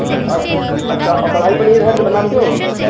अ अच्छा और कढ़ाई पनीर है बनाते हो